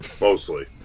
mostly